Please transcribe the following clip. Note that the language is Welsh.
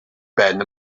ben